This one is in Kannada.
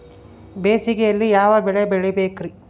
ಬೇಸಿಗೆಯಲ್ಲಿ ಯಾವ ಬೆಳೆ ಬೆಳಿಬೇಕ್ರಿ?